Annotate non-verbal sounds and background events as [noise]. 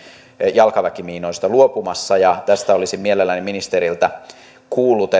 jalkaväkimiinoista luopumassa ja tästä olisin mielelläni ministeriltä kuullut [unintelligible]